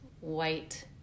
white